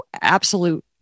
absolute